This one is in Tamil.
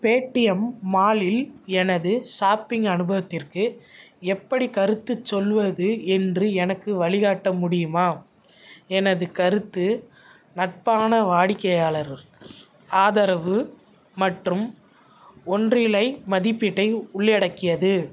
பேடிஎம் மாலில் எனது ஷாப்பிங் அனுபவத்திற்கு எப்படிக் கருத்துச் சொல்வது என்று எனக்கு வழிகாட்ட முடியுமா எனது கருத்து நட்பான வாடிக்கையாளர் ஆதரவு மற்றும் ஒன்றிளை மதிப்பீட்டை உள்ளடக்கியது